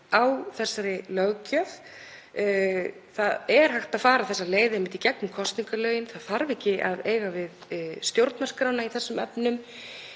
á þessari löggjöf. Það er hægt að fara þessa leið einmitt í gegnum kosningalögin. Það þarf ekki að eiga við stjórnarskrána í þessum efnum